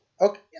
Okay